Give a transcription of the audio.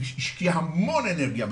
השקיע הרבה אנרגיה,